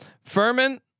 Furman